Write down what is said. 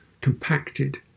compacted